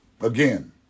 again